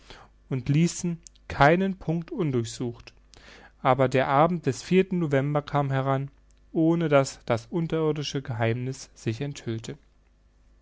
und ließen keinen punkt undurchsucht aber der abend des november kam heran ohne daß das unterirdische geheimniß sich enthüllte